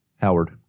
Howard